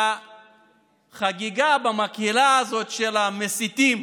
ובחגיגה במקהלה הזאת של המסיתים